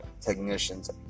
technicians